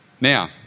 Now